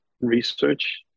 research